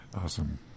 awesome